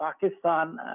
Pakistan